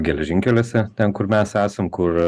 geležinkeliuose ten kur mes esam kur